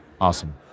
Awesome